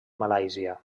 malàisia